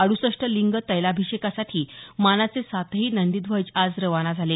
अडूसष्ट लिंग तैलाभिषेकासाठी मानाचे सातही नंदीध्वज आज खवाना झाले